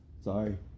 sorry